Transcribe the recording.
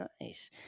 Nice